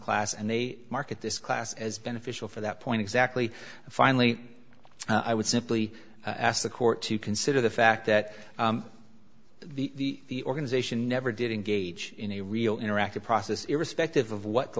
class and they market this class as beneficial for that point exactly finally i would simply ask the court to consider the fact that the organization never did engage in a real interactive process irrespective of what the